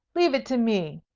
leave it to me.